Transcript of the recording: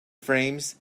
frames